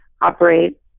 operate